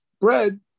bread